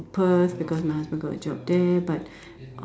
Perth because my husband got a job there but